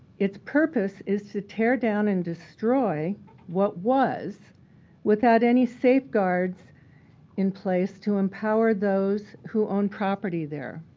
its purpose is to tear down and destroy what was without any safeguards in place to empower those who own property there.